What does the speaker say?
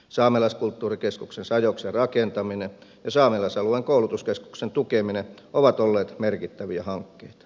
saamelaiskulttuurikeskuksen sajoksen rakentaminen ja saamelaisalueen koulutuskeskuksen tukeminen ovat olleet merkittäviä hankkeita